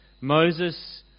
Moses